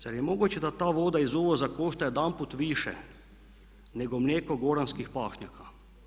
Zar je moguće da ta voda iz uvoza košta jedanput više nego mlijeko goranskih pašnjaka.